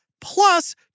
plus